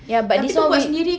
ya but this one we